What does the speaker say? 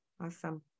Awesome